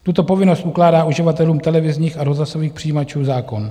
Tuto povinnost ukládá uživatelům televizních a rozhlasových přijímačů zákon.